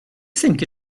think